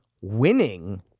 winning